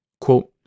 Quote